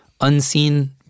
unseen